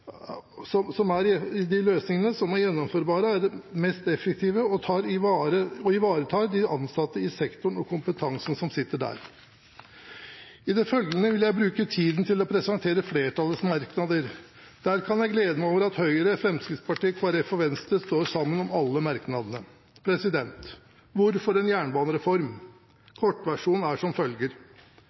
som er de mest effektive, og som ivaretar de ansatte i sektoren og kompetansen som sitter der. I det følgende vil jeg bruke tiden til å presentere flertallets merknader. Der kan jeg glede meg over at Høyre, Fremskrittspartiet, Kristelig Folkeparti og Venstre står sammen om alle merknadene. Hvorfor en jernbanereform? Kortversjonen er som følger: